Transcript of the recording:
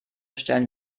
stellen